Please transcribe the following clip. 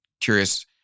curious